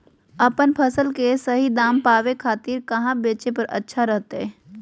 अपन फसल के सही दाम पावे खातिर कहां बेचे पर अच्छा रहतय?